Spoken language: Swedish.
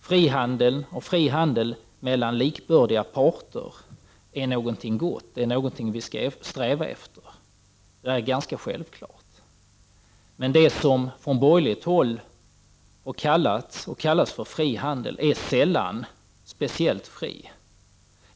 Frihandeln mellan jämbördiga parter är något gott och är något som vi skall sträva efter. Det är ganska självklart. Men det som från borgerligt håll kallas för frihandel är sällan speciellt fri.